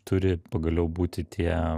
turi pagaliau būti tie